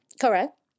Correct